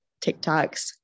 TikToks